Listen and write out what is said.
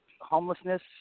homelessness